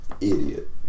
Idiot